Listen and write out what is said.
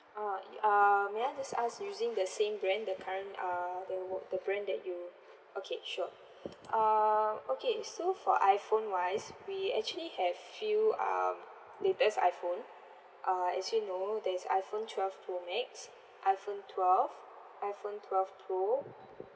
ah y~ uh may I just ask using the same brand the current uh the o~ the brand that you okay sure uh okay so for iPhone wise we actually have few um latest iPhone uh as you know there is iPhone twelve pro max iPhone twelve iPhone twelve pro